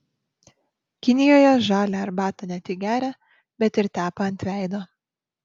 kinijoje žalią arbatą ne tik geria bet ir tepa ant veido